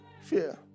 Fear